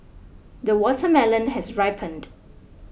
the watermelon has ripened